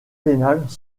pénales